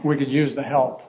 we could use the help